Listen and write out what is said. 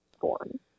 form